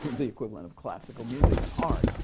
the equivalent of classical music and art.